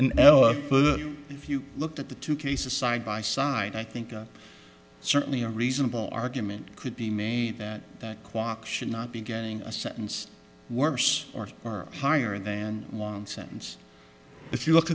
in l a if you looked at the two cases side by side i think i certainly a reasonable argument could be made that that kwame should not be getting a sentence worse or higher than a long sentence if you look